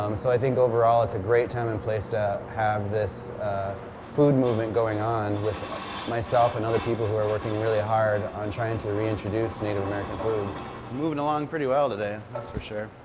um so i think over all it's a great time and place to have this food movement going on with myself and other people who are working really hard on trying to reintroduce native american foods. we're moving along pretty well today, that's for sure.